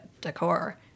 decor